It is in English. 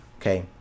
okay